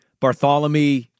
Bartholomew